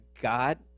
God